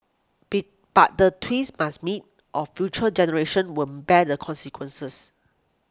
be but the twins must meet or future generations will bear the consequences